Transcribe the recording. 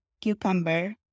cucumber